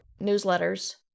newsletters